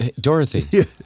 Dorothy